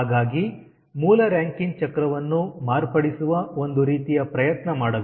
ಹಾಗಾಗಿ ಮೂಲ ರಾಂಕಿನ್ ಚಕ್ರವನ್ನು ಮಾರ್ಪಡಿಸುವ ಒಂದು ರೀತಿಯ ಪ್ರಯತ್ನ ಮಾಡಬೇಕು